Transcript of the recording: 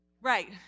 Right